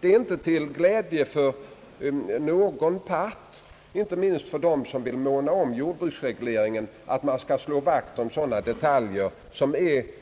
De är inte till glädje för någon part — allra minst för dem som är måna om jordbruksregleringen — att slå vakt om sådana detaljer som